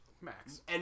Max